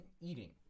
eating